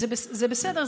וזה בסדר,